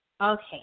Okay